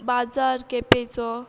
बाजार केपेंचो